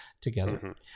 together